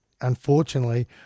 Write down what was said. unfortunately